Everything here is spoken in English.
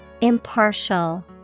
Impartial